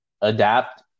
adapt